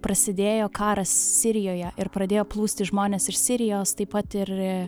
prasidėjo karas sirijoje ir pradėjo plūsti žmonės iš sirijos taip pat ir